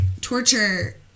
torture